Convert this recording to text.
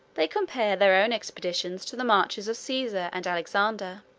they compare their own expeditions to the marches of caesar and alexander.